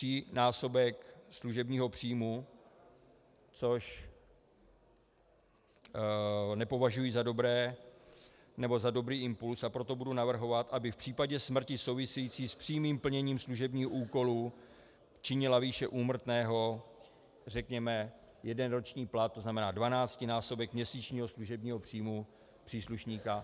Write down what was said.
trojnásobek služebního příjmu, což nepovažuji za dobré, nebo za dobrý impulz, a proto budu navrhovat, aby v případě smrti související s přímým plněním služebních úkolů činila výše úmrtného řekněme jeden roční plat, to znamená dvanáctinásobek měsíčního služebního příjmu příslušníka.